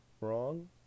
wrong